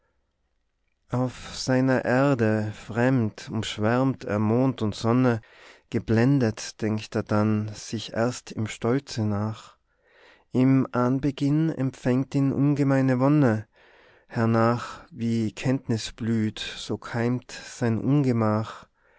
auf seiner erde fremd umschwärmt er mond und sonne geblendet denkt er dann sich erst im stolze nach im anbeginn empfängt ihn ungemeine wonne hernach wie kenntnis blüht so keimt sein ungemach